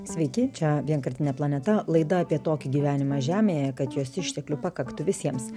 sveiki čia vienkartinė planeta laida apie tokį gyvenimą žemėje kad jos išteklių pakaktų visiems